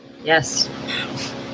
Yes